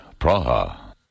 Praha